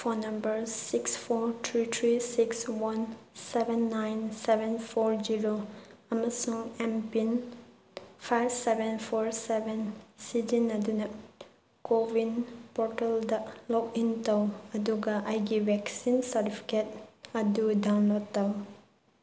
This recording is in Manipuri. phone number six four three three six one seven nine seven four zero ꯑꯃꯁꯨꯡ M pin five seven four seven ꯁꯤꯖꯤꯟꯅꯗꯨꯅ ꯀꯣꯋꯤꯟ ꯄꯣꯔꯇꯦꯜꯗ ꯂꯣꯛ ꯏꯟ ꯇꯧ ꯑꯗꯨꯒ ꯑꯩꯒꯤ ꯚꯦꯛꯁꯤꯟ ꯁꯥꯔꯇꯤꯐꯤꯀꯦꯠ ꯑꯗꯨ ꯗꯥꯎꯟꯂꯣꯠ ꯇꯧ